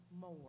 more